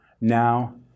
now